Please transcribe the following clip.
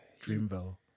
dreamville